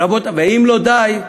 ואם לא די,